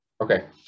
Okay